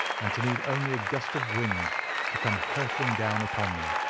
and to need only a gust of wind to come hurtling down upon them.